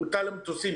בוטלו המטוסים.